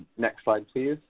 next slide, please.